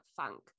funk